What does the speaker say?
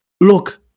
Look